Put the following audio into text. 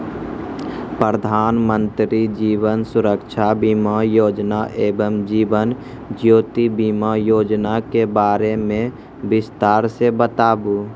प्रधान मंत्री जीवन सुरक्षा बीमा योजना एवं जीवन ज्योति बीमा योजना के बारे मे बिसतार से बताबू?